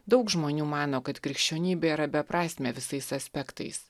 daug žmonių mano kad krikščionybė yra beprasmė visais aspektais